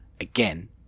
Again